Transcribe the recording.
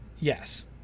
Yes